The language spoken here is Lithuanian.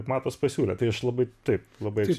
matas pasiūlė tai aš labai taip labai